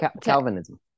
calvinism